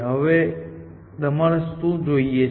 હવે તમારે શું જોઈએ છે